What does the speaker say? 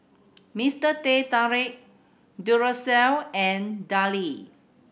Mister Teh Tarik Duracell and Darlie